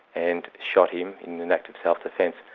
and shot him in an act of self defence.